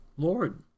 Lord